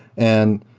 and